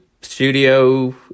studio